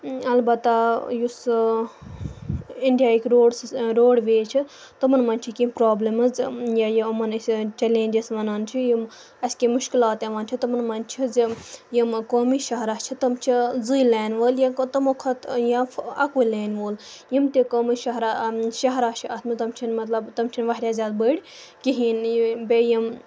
البتہ یُس اِنڈیاہِکۍ روڈسٕس روڈ ویز چھِ تمَن منٛز چھِ کینٛہہ پرٛابلِمٕز یا یِمَن أہٕنٛدۍ چَلینٛجِز وَنان چھِ یِم اَسہِ کینٛہہ مُشکلات یِوان چھِ تِمَن منٛز چھِ زِ یِمہٕ قومی شہراہ چھِ تِم چھِ زٕے لینہٕ وٲلۍ یا تِمو کھۄتہٕ یا اَکُے لینہٕ وول یِم تہِ قومی شہراہ شہراہ چھِ اَتھ منٛز تِم چھِنہٕ مطلب تِم چھِنہٕ واریاہ زیادٕ بٔڑۍ کِہیٖنۍ نہٕ بیٚیہِ یِم